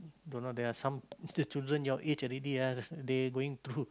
don't know there are some still children your age already ah they going through